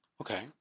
Okay